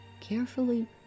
carefully